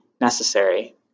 necessary